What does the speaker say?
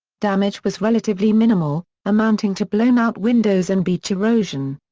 damage was relatively minimal, amounting to blown out windows and beach erosion.